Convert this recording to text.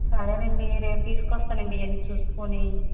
సరేనండి రేపు తీసుకొస్తానండి ఇవన్నీ చూసుకుని